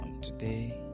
Today